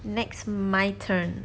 next my turn